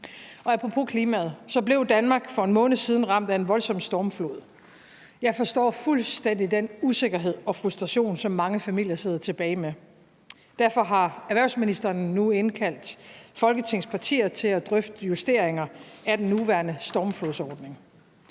Apropos klimaet blev Danmark for en måned siden ramt af en voldsom stormflod. Jeg forstår fuldstændig den usikkerhed og frustration, som mange familier sidder tilbage med. Derfor har erhvervsministeren nu indkaldt Folketingets partier til at drøfte justeringer af den nuværende stormflodsordning.